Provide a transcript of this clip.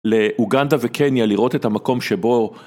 לאוגנדה וקניה לראות את המקום שבו